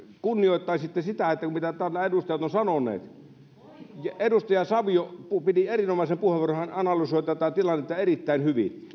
kunnioittaisitte sitä mitä täällä edustajat ovat sanoneet edustaja savio piti erinomaisen puheenvuoron hän analysoi tätä tilannetta erittäin hyvin